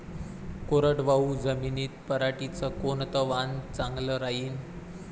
कोरडवाहू जमीनीत पऱ्हाटीचं कोनतं वान चांगलं रायीन?